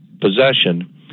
possession